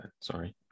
sorry